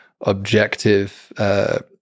objective